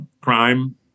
crime